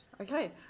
Okay